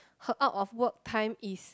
her out of work time is